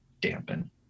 dampen